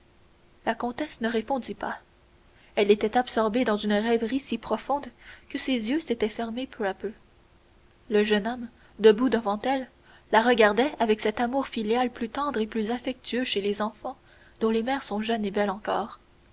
la comtesse ne répondit pas elle était absorbée dans une rêverie si profonde que ses yeux s'étaient fermés peu à peu le jeune homme debout devant elle la regardait avec cet amour filial plus tendre et plus affectueux chez les enfants dont les mères sont jeunes et belles encore